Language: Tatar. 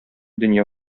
дөнья